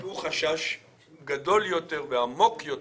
הוא חשש גדול יותר ועמוק יותר.